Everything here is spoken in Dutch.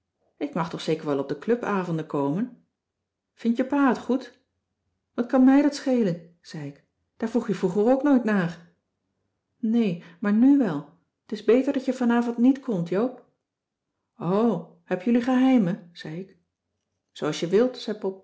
ik mag toch zeker wel op de clubavonden komen vindt je pa het goed wat kan mij dat schelen zei ik daar vroeg je vroeger ook nooit naar nee maar nù wel t is beter dat je vanavond niet komt joop o heb jullie geheimen zei ik zoo als je wilt